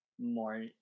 more